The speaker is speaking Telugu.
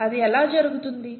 అది ఎలా జరుగుతోంది